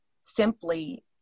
simply